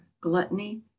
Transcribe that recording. gluttony